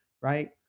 Right